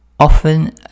Often